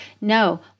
No